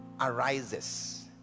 arises